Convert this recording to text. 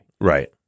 Right